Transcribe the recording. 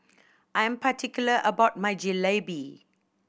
I am particular about my Jalebi